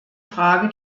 frage